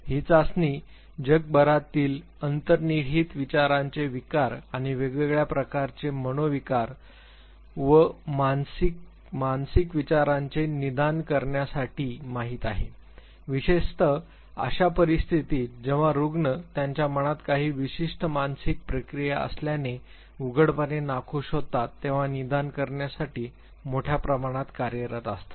ही चाचणी जगभरातील अंतर्निहित विचारांचे विकार आणि वेगवेगळ्या प्रकारचे मनोविकार व मानसिक मानसिक विचारांचे निदान करण्यासाठी माहित आहे विशेषतः अशा परिस्थितीत जेव्हा रूग्ण त्यांच्या मनात काही विशिष्ट मानसिक प्रक्रिया असल्याने उघडपणे नाखूष होतात तेव्हा निदान करण्यासाठी मोठ्या प्रमाणात कार्यरत असतात